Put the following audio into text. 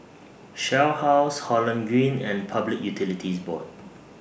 Shell House Holland Green and Public Utilities Board